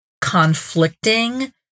conflicting